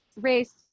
race